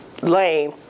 lame